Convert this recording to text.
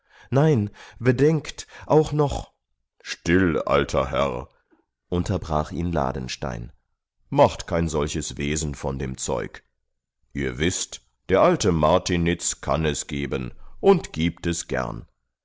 nein bedenkt auch noch still alter herr unterbrach ihn ladenstein macht kein solches wesen von dem zeug ihr wißt der alte martiniz kann es geben und gibt es gern